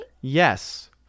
Yes